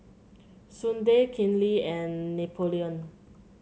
Sudie Kenley and Napoleon